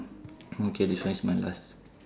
okay this one is my last